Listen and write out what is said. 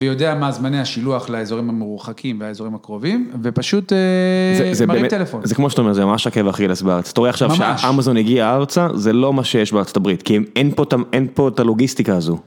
ויודע מה זמני השילוח לאזורים המרוחקים והאזורים הקרובים, ופשוט מרים טלפון. זה כמו שאתה אומר, זה ממש עקב אכילס בארץ. אתה רואה עכשיו שאמזון הגיעה לארצה, זה לא מה שיש בארצות הברית, כי אין פה את הלוגיסטיקה הזו.